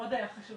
שמאוד היה חשוב